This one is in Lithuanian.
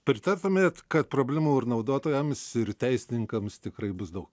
pritartumėt kad problemų ir naudotojams ir teisininkams tikrai bus daug